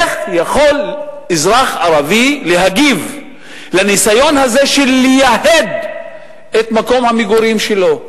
איך יכול אזרח ערבי להגיב לניסיון הזה לייהד את מקום המגורים שלו,